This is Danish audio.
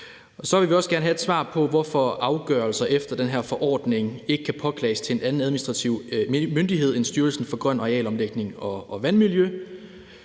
Så vil vi også gerne have et svar på, hvorfor afgørelser efter den her forordning ikke kan påklages til en anden administrativ myndighed end Styrelsen for Grøn Arealomlægning og Vandmiljø.